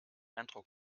eindruck